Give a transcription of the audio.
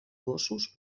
gossos